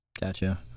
Gotcha